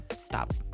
stop